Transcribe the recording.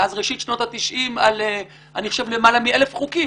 מאז ראשית שנות ה-90 על יותר מ-1,000 חוקים.